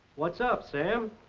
what's up, sam?